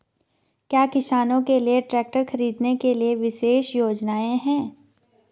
क्या किसानों के लिए ट्रैक्टर खरीदने के लिए विशेष योजनाएं हैं?